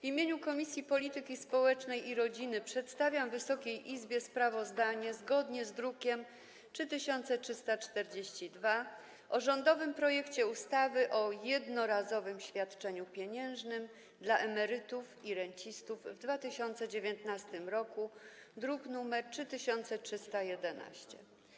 W imieniu Komisji Polityki Społecznej i Rodziny przedstawiam Wysokiej Izbie sprawozdanie, druk nr 3342, o rządowym projekcie ustawy o jednorazowym świadczeniu pieniężnym dla emerytów i rencistów w 2019 r., druk nr 3311.